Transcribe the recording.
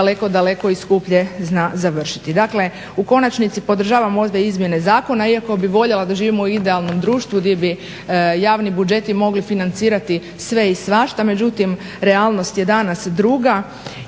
daleko, daleko i skuplje zna završiti. Dakle, u konačnici podržavam ove izmjene zakona iako bih voljela da živimo u idealnom društvu gdje bi javni budžeti mogli financirati sve i svašta, međutim realnost je danas druga.